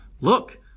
Look